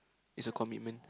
is a commitment